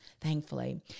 thankfully